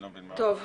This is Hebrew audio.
טוב,